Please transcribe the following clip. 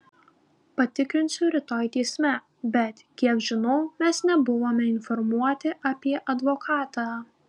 patikrinsiu rytoj teisme bet kiek žinau mes nebuvome informuoti apie advokatą